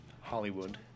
Hollywood